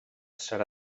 serà